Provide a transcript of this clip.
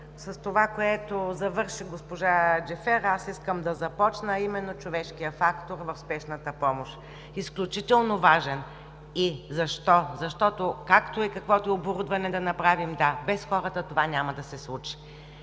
С това, което завърши госпожа Джафер, аз искам да започна, а именно човешкият фактор в спешната помощ – изключително важен. Защо? Защото както и каквото и оборудване да направим, без хората това няма да се случи.